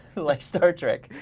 like star trek.